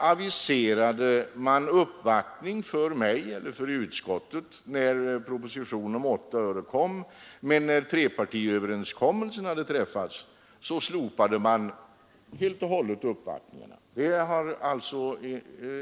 När propositionen om 8 öre kom, aviserades uppvaktningar inför utskottet, men då trepartiöverenskommelsen hade träffats slopades uppvaktningarna helt och hållet.